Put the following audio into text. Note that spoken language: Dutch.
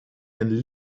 een